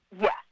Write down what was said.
Yes